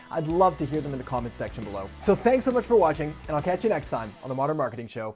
i'd love to hear them in the comments section below. so thanks so much for watching, and i'll catch you next time on the modern marketing show.